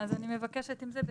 אז אני מבקשת, אם זה בסדר,